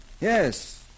Yes